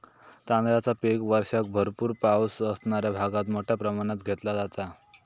तांदळाचा पीक वर्षाक भरपूर पावस असणाऱ्या भागात मोठ्या प्रमाणात घेतला जाता